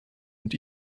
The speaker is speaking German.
mit